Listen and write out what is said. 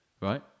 Right